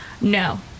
No